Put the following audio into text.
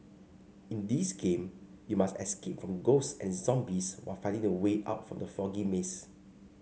in this game you must escape from ghosts and zombies while finding the way out from the foggy maze